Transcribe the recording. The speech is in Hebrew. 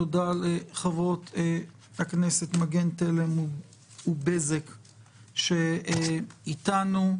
תודה לחברות הכנסת מגן תלם ובזק שאיתנו.